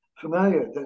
familiar